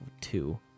two